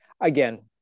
again